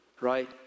right